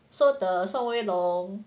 so the 宋威龙